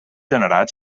generats